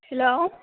hello